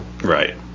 Right